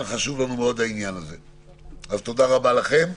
תודה רבה לכם.